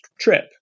trip